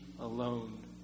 Alone